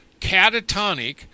catatonic